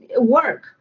work